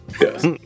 Yes